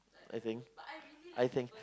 I think I think